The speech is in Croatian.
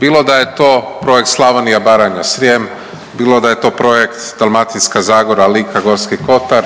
bilo da je to projekt Slavonija, Baranja, Srijem, bilo da je to projekt Dalmatinska zagora, Lika, Gorski kotar,